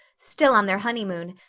still on their honeymoon,